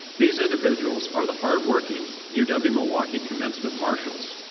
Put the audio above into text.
these individuals are the hardworking u w milwaukee commencement marshals.